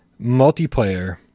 multiplayer